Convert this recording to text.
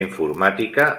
informàtica